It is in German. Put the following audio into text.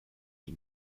die